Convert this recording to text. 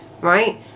right